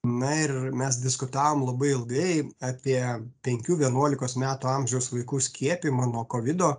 na ir mes diskutavom labai ilgai apie penkių vienuolikos metų amžiaus vaikų skiepijimą nuo kovido